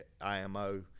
IMO